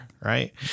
right